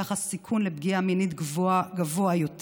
כך הסיכון לפגיעה מינית גבוה יותר.